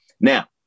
Now